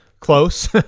Close